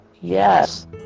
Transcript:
yes